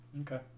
Okay